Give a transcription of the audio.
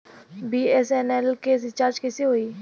BSNL के recharge कैसे होयी?